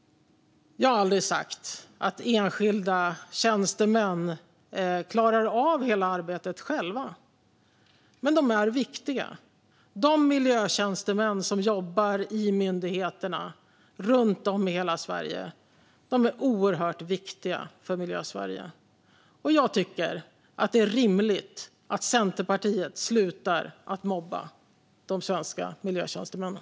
Jag har aldrig sagt att enskilda tjänstemän klarar av hela arbetet själva. Men de är viktiga. De miljötjänstemän som jobbar i myndigheterna runt om i hela Sverige är oerhört viktiga för Miljösverige. Jag tycker att det är rimligt att Centerpartiet slutar mobba de svenska miljötjänstemännen.